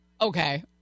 okay